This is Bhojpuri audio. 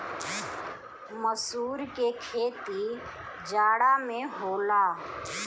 मसूर के खेती जाड़ा में होला